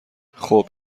خوب